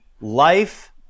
life